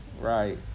Right